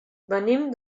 venim